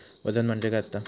वजन म्हणजे काय असता?